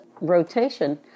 rotation